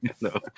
No